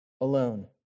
alone